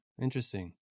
Interesting